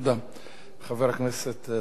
חבר הכנסת טלב אלסאנע, בבקשה.